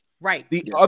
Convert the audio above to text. Right